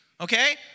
Okay